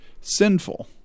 sinful